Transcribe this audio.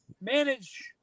manage